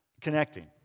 connecting